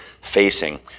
facing